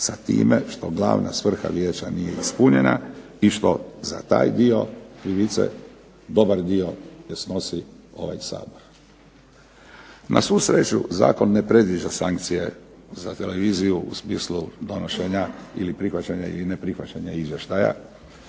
sa time što glavna svrha vijeća nije ispunjena i što za taj dio krivice dobar dio ne snosi ovaj Sabor. Na svu sreću, zakon ne predviđa sankcije za televiziju u smislu donošenja ili prihvaćanja ili neprihvaćanja izvještaja.